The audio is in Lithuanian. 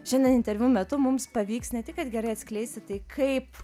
šiandien interviu metu mums pavyks ne tik kad gerai atskleisti tai kaip